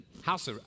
house